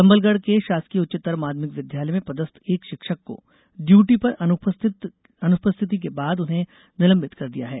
संबलगढ़ के शासकीय उच्चतर माध्यमिक विद्यालय में पदस्थ एक शिक्षक को डयूटी पर अनुपस्थित के बाद उन्हें निलंबित कर दिया है